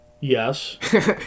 yes